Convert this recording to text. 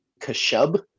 Kashub